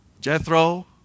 Jethro